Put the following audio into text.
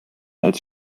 als